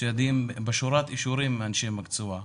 שבשורת אישורים מאנשי מקצוע,